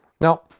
Now